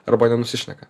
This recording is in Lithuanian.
arba nenusišneka